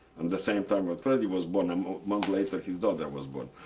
and the same time when freddy was born. um a month later, his daughter was born.